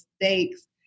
mistakes